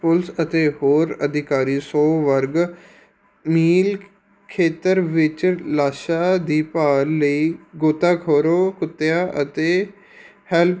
police ਅਤੇ ਹੋਰ ਅਧਿਕਾਰੀ ਸੌ ਵਰਗ ਮੀਲ ਖੇਤਰ ਵਿੱਚ ਲਾਸ਼ਾਂ ਦੀ ਭਾਲ ਲਈ ਗੋਤਾਖੋਰ ਕੁੱਤਿਆਂ ਅਤੇ ਹੈਲ